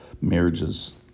marriages